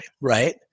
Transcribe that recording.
right